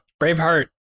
Braveheart